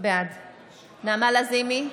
בעד נעמה לזימי,